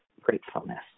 gratefulness